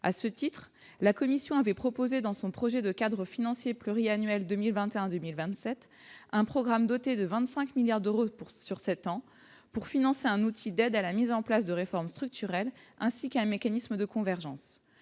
à ce titre, la Commission avait proposé dans son projet de cadre financier pluriannuel de mieux 21 2027 un programme doté de 25 milliards de retour sur 7 ans pour financer un outil d'aide à la mise en place de réformes structurelles, ainsi qu'un mécanisme de convergence,